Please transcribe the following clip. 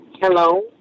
Hello